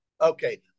Okay